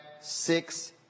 six